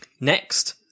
Next